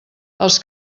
els